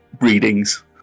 readings